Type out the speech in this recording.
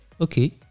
Okay